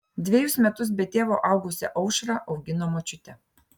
dvejus metus be tėvo augusią aušrą augino močiutė